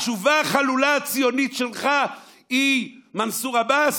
התשובה החלולה הציונית שלך היא "מנסור עבאס"?